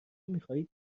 میخواهید